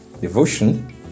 devotion